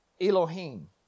Elohim